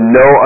no